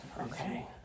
Okay